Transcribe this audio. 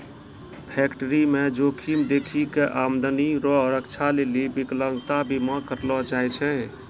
फैक्टरीमे जोखिम देखी कय आमदनी रो रक्षा लेली बिकलांता बीमा करलो जाय छै